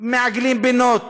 מעגלים פינות